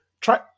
try